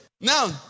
Now